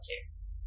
case